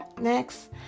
Next